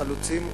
חלוצים ומובילים,